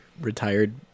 retired